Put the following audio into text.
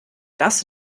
das